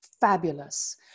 Fabulous